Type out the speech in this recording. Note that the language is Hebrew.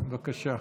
בבקשה.